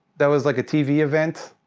that was like a tv event,